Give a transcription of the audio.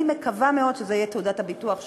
אני מקווה מאוד שזאת תהיה תעודת הביטוח שלנו,